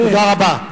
תודה רבה.